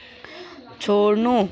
छोड्नु